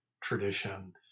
tradition